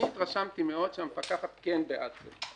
אני התרשמתי מאוד שהמפקחת בעד זה.